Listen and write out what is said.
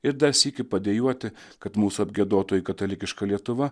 ir dar sykį padejuoti kad mūsų apgiedotoji katalikiška lietuva